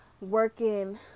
working